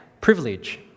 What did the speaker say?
privilege